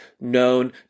known